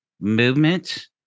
movement